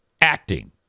acting